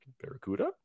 Barracuda